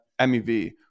MEV